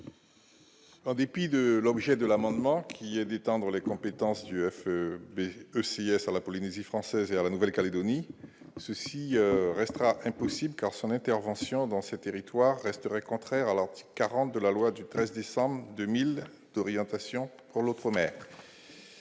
En dépit de l'objet de l'amendement, qui est d'étendre les compétences du feu, mais aussi sur la Polynésie française et la Nouvelle-Calédonie ceci restera impossible car son intervention dans ce territoire resterait contraires à l'article 40 de la loi du 13 décembre 2000 d'orientation pour l'autre mère